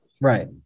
Right